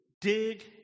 dig